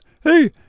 Hey